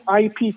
IP